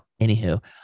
anywho